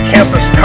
Campus